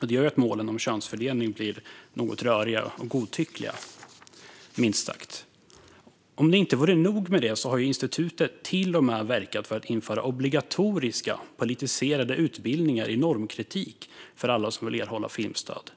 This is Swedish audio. Det gör att målen om könsfördelning blir något röriga och godtyckliga, minst sagt. Som om detta inte vore nog har institutet till och med verkat för att införa obligatoriska politiserade utbildningar i normkritik för alla som vill erhålla filmstöd.